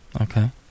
Okay